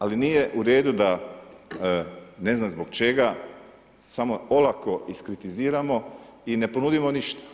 Ali, nije u redu, da ne znam zbog čega, samo olako iskritiziramo i ne ponudimo ništa.